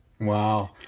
Wow